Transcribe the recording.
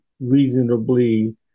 reasonably